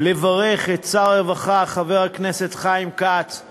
קהל נכבד, אחמד טיבי, בחייך דוקטור